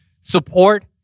support